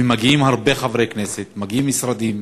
ומגיעים הרבה חברי כנסת, מגיעים משרדים,